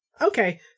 Okay